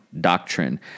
doctrine